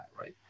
right